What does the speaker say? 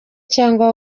cyangwa